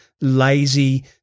lazy